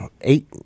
eight